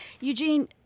Eugene